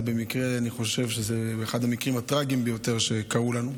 אני חושב שזה אחד המקרים הטרגיים ביותר שקרו לנו.